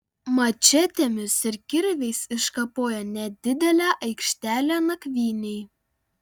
mačetėmis ir kirviais iškapojo nedidelę aikštelę nakvynei